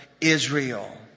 Israel